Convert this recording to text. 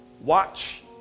watch